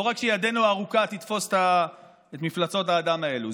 לא רק שידנו הארוכה תתפוס את מפלצות האדם האלה,